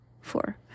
Four